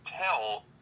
tell